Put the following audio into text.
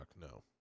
no